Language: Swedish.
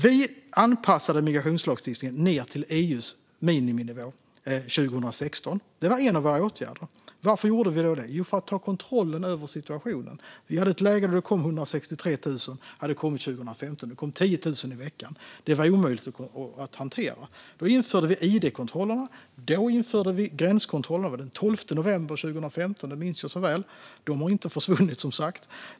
Vi anpassade migrationslagstiftningen ned till EU:s miniminivå 2016. Det var en av våra åtgärder. Varför gjorde vi då det? Jo, för att ta kontrollen över situationen. Vi hade ett läge 2015 då det kom 163 000. Det kom 10 000 i veckan. Det var omöjligt att hantera. Då införde vi id-kontrollerna, och då införde vi gränskontrollerna - det var den 12 november 2015, det minns jag så väl - och de har som sagt inte försvunnit.